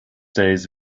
days